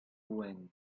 wind